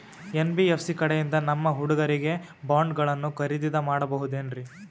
NBFC ಕಡೆಯಿಂದ ನಮ್ಮ ಹುಡುಗರಿಗೆ ಬಾಂಡ್ ಗಳನ್ನು ಖರೀದಿದ ಮಾಡಬಹುದೇನ್ರಿ?